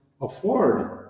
afford